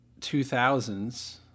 2000s